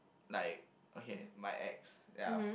like okay my ex ya